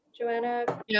Joanna